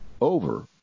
over